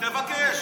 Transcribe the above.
תבקש.